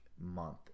month